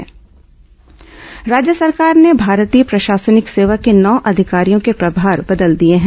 तबादला राज्य सरकार ने भारतीय प्रशासनिक सेवा के नौ अधिकारियों के प्रभार बदल दिए हैं